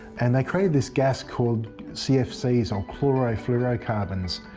and they created this gas called cfcs or chlorofluorocarbons.